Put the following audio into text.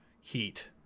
Heat